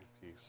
peace